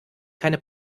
keine